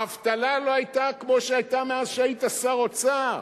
האבטלה לא היתה כמו שהיתה מאז היית לשר האוצר.